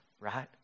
right